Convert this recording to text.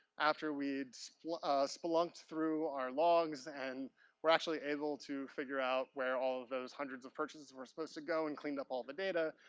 after we'd so spelunked through our logs and we're actually able to figure out where all of those hundreds of purchases were supposed to go and cleaned up all the data.